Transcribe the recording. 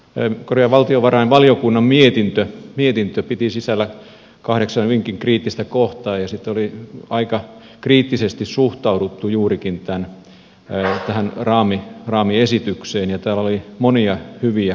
tämä valtiovarainvaliokunnan mietintö piti sisällään kahdeksan hyvinkin kriittistä kohtaa ja sitten oli aika kriittisesti suhtauduttu juurikin tähän raamiesitykseen ja täällä oli monia hyviä kohtia